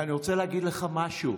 ואני רוצה להגיד לך משהו,